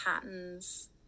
patterns